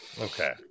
okay